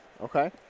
Okay